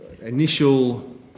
initial